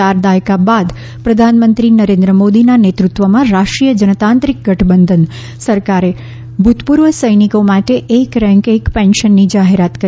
ચાર દાયકા બાદ પ્રધાનમંત્રી નરેન્દ્ર મોદીના નેતૃત્વમાં રાષ્ટ્રીય જનતાંત્રિક ગઠબંધન સરકારે ભૂતપૂર્વ સૈનિકો માટે એક રેન્ક એક પેન્શનની જાહેરાત કરી